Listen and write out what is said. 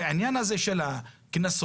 והעניין הזה של הקנסות,